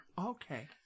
Okay